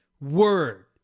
word